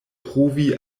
pruvi